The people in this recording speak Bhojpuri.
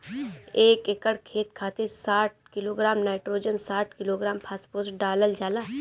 एक एकड़ खेत खातिर साठ किलोग्राम नाइट्रोजन साठ किलोग्राम फास्फोरस डालल जाला?